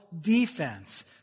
defense